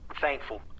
thankful